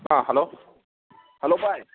ꯑꯥ hello hello ꯚꯥꯏ